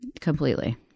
Completely